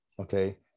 Okay